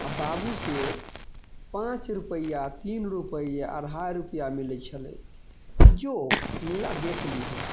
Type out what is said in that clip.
आओर बाबूसँ पाँच रुपैआ तीन रुपैआ अढ़ाइ रुपैआ मिलै छलै कि जो मेला देख लिहेँ